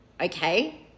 okay